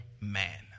man